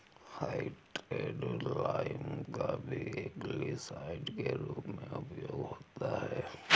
hydrated lime का भी algicide के रूप में उपयोग होता है